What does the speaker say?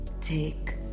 take